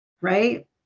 right